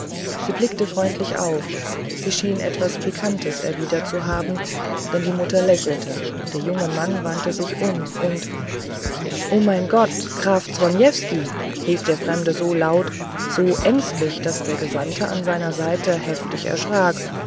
sie blickte freundlich auf sie schien etwas pikantes erwidert zu haben denn die mutter lächelte der junge mann wandte sich um und mein gott graf zronievsky rief der fremde so laut so ängstlich daß der gesandte an seiner seite heftig erschrak